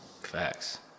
Facts